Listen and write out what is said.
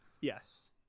Yes